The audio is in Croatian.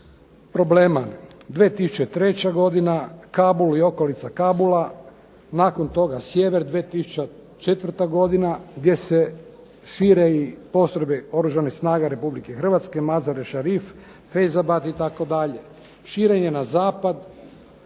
problema. 2003. godina Kabul i okolica Kabula nakon toga sjever 2004. godine gdje se šire i postrojbe Oružane snage Republike Hrvatske, Mazare Sharif, Fezabad itd. Širenje na zapad